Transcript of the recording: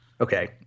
Okay